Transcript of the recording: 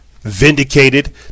vindicated